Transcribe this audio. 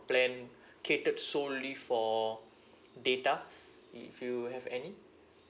plan catered solely for data s~ if you have any